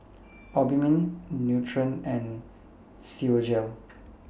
Obimin Nutren and Physiogel